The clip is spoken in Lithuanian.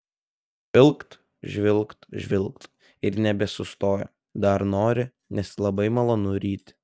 žvilgt žvilgt žvilgt ir nebesustoja dar nori nes labai malonu ryti